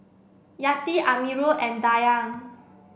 Yati Amirul and Dayang